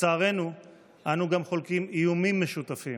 לצערנו אנו גם חולקים איומים משותפים.